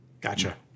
Gotcha